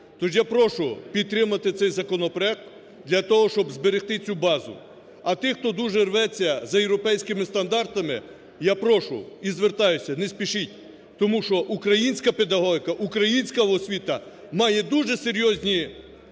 Тож я прошу підтримати цей законопроект для того, щоб зберегти цю базу. А тих, хто дуже рветься за європейськими стандартами, я прошу і звертаюся: не спішіть. Тому що українська педагогіка, українська освіта має дуже серйозні